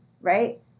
right